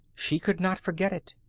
she could not forget it.